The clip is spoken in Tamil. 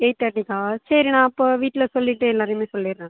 எயிட் தேர்ட்டிக்கா சரி நான் அப்போது வீட்டில் சொல்லிவிட்டு எல்லோரையுமே சொல்லிடறேன்